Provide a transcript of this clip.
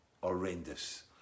horrendous